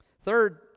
Third